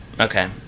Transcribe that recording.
Okay